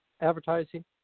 Advertising